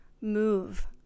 Move